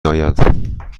آید